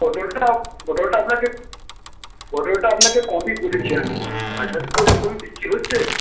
পটলটা পটলটা আপনাকে পটলটা আপনাকে কমই বলেছি আমি বাজারে তো এরকমই বিক্রি হচ্ছে